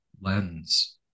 lens